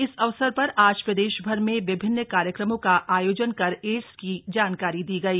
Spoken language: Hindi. इस अवसर पर आज प्रदेशभर में विभिन्न कार्यक्रमों का आयोजन कर एड्स की जानकारी दी गई